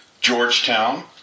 Georgetown